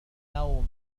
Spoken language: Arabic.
نوم